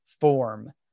form